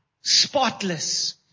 Spotless